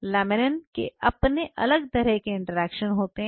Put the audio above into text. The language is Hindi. लैमिनिन के अपने अलग तरह के इंटरेक्शन होते हैं